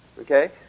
Okay